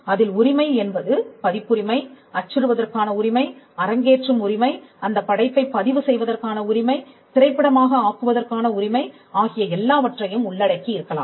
அதில் உரிமை என்பது பதிப்புரிமை அச்சிடுவதற்கான உரிமை அரங்கேற்றும் உரிமை அந்தப் படைப்பைப் பதிவு செய்வதற்கான உரிமை திரைப்படமாக ஆக்குவதற்கான உரிமை ஆகிய எல்லாவற்றையும் உள்ளடக்கி இருக்கலாம்